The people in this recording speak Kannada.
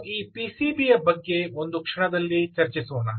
ನಾವು ಈ ಪಿಸಿಬಿಯ ಬಗ್ಗೆ ಒಂದು ಕ್ಷಣದಲ್ಲಿ ಚರ್ಚಿಸೋಣ